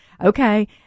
Okay